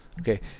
Okay